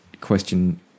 question